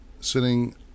sitting